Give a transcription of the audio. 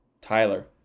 Tyler